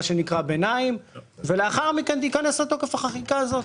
שנקרא ביניים ולאחר מכן ניתן לעשות תוקף החקיקה הזאת.